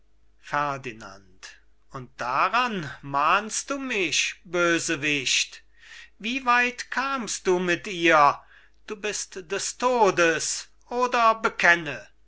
ferdinand und daran mahnst du mich bösewicht wie weit kamst du mit ihr du bist des todes oder bekenne